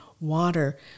water